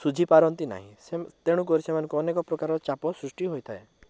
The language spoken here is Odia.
ଶୁଝିପାରନ୍ତି ନାହିଁ ତେଣୁକରି ସେମାନଙ୍କୁ ଅନେକ ପ୍ରକାରର ଚାପ ସୃଷ୍ଟି ହୋଇଥାଏ